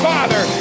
Father